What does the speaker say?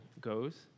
goes